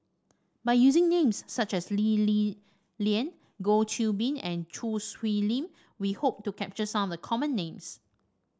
by using names such as Lee Li Lian Goh Qiu Bin and Choo Hwee Lim we hope to capture some of the common names